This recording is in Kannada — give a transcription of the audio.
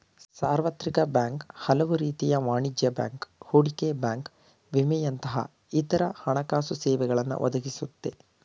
ಸಾರ್ವತ್ರಿಕ ಬ್ಯಾಂಕ್ ಹಲವುರೀತಿಯ ವಾಣಿಜ್ಯ ಬ್ಯಾಂಕ್, ಹೂಡಿಕೆ ಬ್ಯಾಂಕ್ ವಿಮೆಯಂತಹ ಇತ್ರ ಹಣಕಾಸುಸೇವೆಗಳನ್ನ ಒದಗಿಸುತ್ತೆ